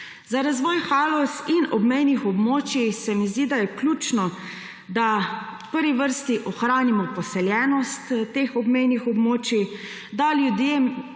Za razvoj Haloz in obmejnih območij se mi zdi, da je ključno, da v prvi vrsti ohranimo poseljenost teh obmejnih območij, da ljudem